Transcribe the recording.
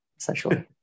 essentially